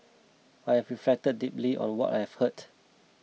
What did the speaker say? I have reflected deeply on what I heard